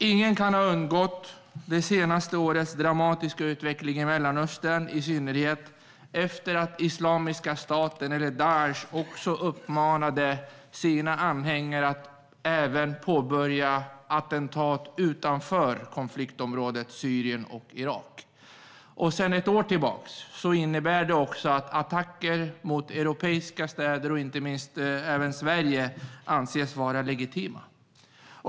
Ingen kan ha undgått det senaste årets dramatiska utveckling i Mellanöstern, i synnerhet efter det att Islamiska staten eller Daish också uppmanat sina anhängare att påbörja attentat även utanför konfliktområdet Syrien och Irak. Sedan ett år tillbaka innebär det också att attacker mot europeiska städer, även Sverige, anses vara legitima.